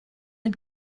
den